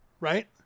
Right